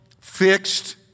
fixed